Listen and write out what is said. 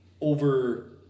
over